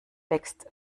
wächst